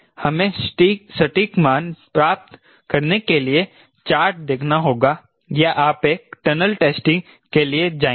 हमें सटीक मान प्राप्त करने के लिए चार्ट देखना होगा या आप एक टनल टेस्टिंग के लिए जाएंगे